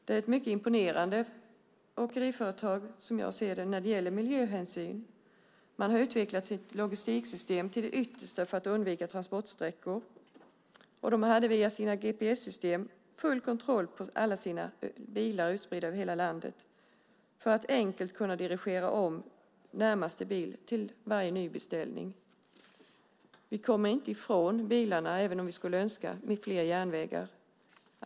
Det är ett mycket imponerande åkeriföretag när det gäller miljöhänsyn. De har utvecklat sitt logistiksystem till det yttersta för att undvika transportsträckor. De hade via sina gps-system full kontroll på alla sina bilar utspridda över hela landet för att enkelt kunna dirigera om närmaste bil till varje ny beställning. Vi kommer inte ifrån bilarna med fler järnvägar även om vi skulle önska.